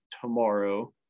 tomorrow